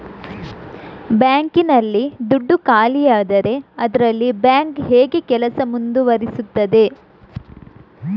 Bank ನಲ್ಲಿ ದುಡ್ಡು ಖಾಲಿಯಾದರೆ ಅದರಲ್ಲಿ ಬ್ಯಾಂಕ್ ಹೇಗೆ ಕೆಲಸ ಮುಂದುವರಿಸುತ್ತದೆ?